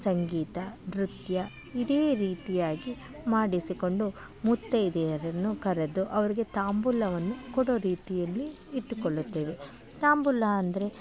ಸಂಗೀತ ನೃತ್ಯ ಇದೇ ರೀತಿಯಾಗಿ ಮಾಡಿಸಿಕೊಂಡು ಮುತ್ತೈದೆಯರನ್ನು ಕರೆದು ಅವ್ರಿಗೆ ತಾಂಬೂಲವನ್ನು ಕೊಡೋ ರೀತಿಯಲ್ಲಿ ಇಟ್ಟುಕೊಳ್ಳುತ್ತೇವೆ ತಾಂಬೂಲ ಅಂದರೆ